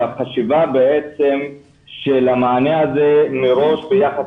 על החשיבה בעצם של המענה הזה מראש ביחס